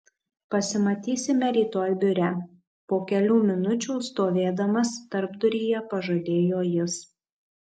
pasimatysime rytoj biure po kelių minučių stovėdamas tarpduryje pažadėjo jis